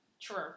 True